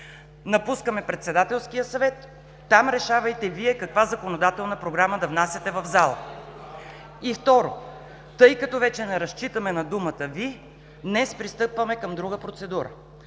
напускаме Председателския съвет. Там решавайте Вие каква законодателна програма да внасяте в залата. И второ, тъй като вече не разчитаме на думата Ви, днес пристъпваме към друга процедура.